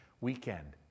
weekend